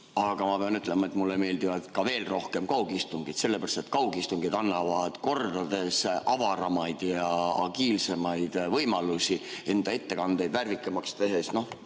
Aga ma pean ütlema, et mulle meeldivad veel rohkem kaugistungid, sellepärast et kaugistungid annavad kordades avaramaid ja agiilsemaid võimalusi enda ettekandeid värvikamaks teha,